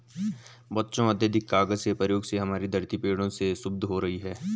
बच्चों अत्याधिक कागज के प्रयोग से हमारी धरती पेड़ों से क्षुब्ध हो रही है